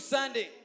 Sunday